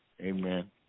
Amen